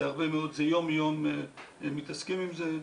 יום-יום מתעסקים עם זה.